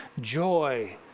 joy